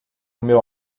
meu